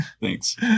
thanks